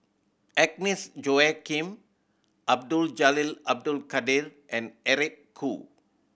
Agnes Joaquim Abdul Jalil Abdul Kadir and Eric Khoo